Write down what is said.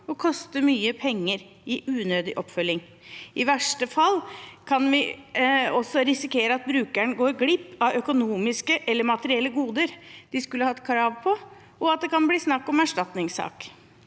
og koster mye penger i unødig oppfølging. I verste fall kan vi også risikere at brukeren går glipp av økonomiske eller materielle goder som de skulle hatt krav på, og at det kan bli snakk om erstatningssak.